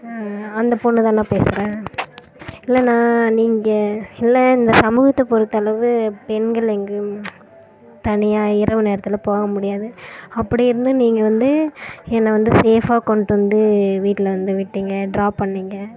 அந்த பெண்ணு தாண்ணா பேசறேன் இல்லைண்ணா நீங்கள் இல்லை இந்த சமூகத்தை பொறுத்தளவு பெண்கள் எங்கேயும் தனியாக இரவு நேரத்தில் போக முடியாது அப்படி இருந்தும் நீங்கள் வந்து என்னை வந்து சேஃபாக கொண்டு வந்து வீட்டில் வந்து விட்டீங்க டிராப் பண்ணிணீங்க